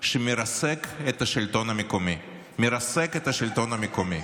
שמרסק את השלטון המקומי, מרסק את השלטון המקומי.